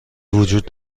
وجود